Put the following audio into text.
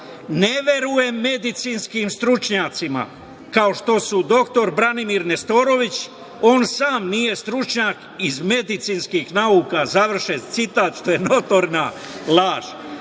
„Ne verujem medicinskim stručnjacima ako što su doktor Branimir Nestorović, on sam nije stručnjak iz medicinskih nauka.“, završen citat, što je notorna laž. Da